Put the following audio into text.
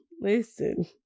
listen